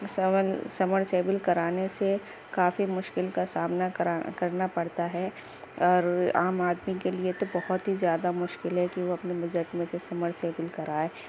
small سم سیول کرانے سے کافی مشکل کا سامنا کرا کرنا پڑتا ہے اور عام آدمی کے لیے تو بہت ہی زیادہ مشکل ہے کہ وہ اپنی بچت میں سے سمرسیول کرائے